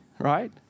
Right